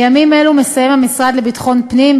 בימים אלו מסיים המשרד לביטחון הפנים,